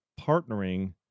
partnering